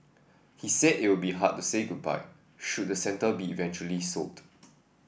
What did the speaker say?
he said it would be hard to say goodbye should the centre be eventually sold